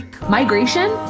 migration